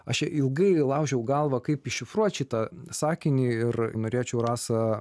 aš ilgai laužiau galvą kaip iššifruoti šitą sakinį ir norėčiau rasa